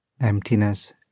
Emptiness